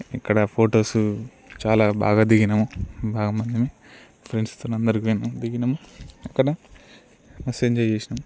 ఇక్కడ ఫొటోస్ చాలా బాగా దిగినాము బాగా మందిమి ఫ్రెండ్స్తో అందరు పొయినాం దిగినాం అక్కడ మస్తు ఎంజాయ్ చేసినం